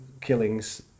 killings